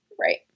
Right